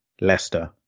Leicester